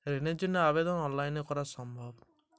ঋণের জন্য আবেদন অনলাইনে করা যাবে কি?